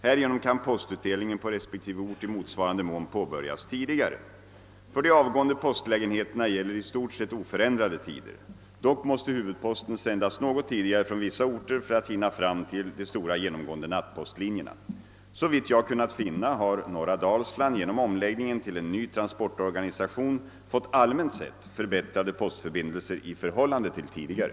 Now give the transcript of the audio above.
Härigenom kan postutdelningen på resp. ort i motsvarande mån påbörjas tidigare. För de avgående postlägenheterna gäller i stort sett oförändrade tider. Dock måste huvudposten sändas något tidigare från vissa orter för att hinna fram till de stora genomgående nattpostlinjerna. Såvitt jag kunnat finna har norra Dalsland genom omläggningen till en ny transportorganisation fått allmänt sett förbättrade postförbindelser i förhållande till tidigare.